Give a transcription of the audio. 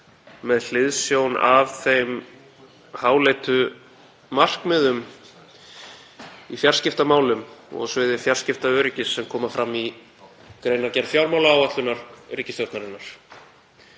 með hliðsjón af þeim háleitu markmiðum í fjarskiptamálum og á sviði fjarskiptaöryggis sem koma fram í greinargerð fjármálaáætlunar ríkisstjórnarinnar.